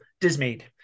dismayed